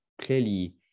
clearly